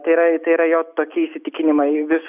tai yra tai yra jo tokie įsitikinimai vis